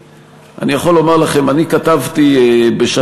אני יכול לומר לכם שאני כתבתי בשעתו,